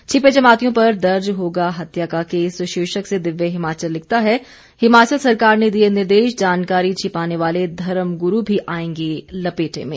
छिपे जमातियों पर दर्ज होगा हत्या का केस शीर्षक से दिव्य हिमाचल लिखता है हिमाचल सरकार ने दिए निर्देश जानकारी छिपाने वाले धर्म ग्रू भी आएंगे लपेटे में